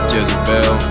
Jezebel